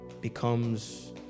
becomes